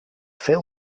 veel